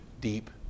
deep